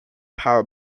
power